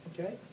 Okay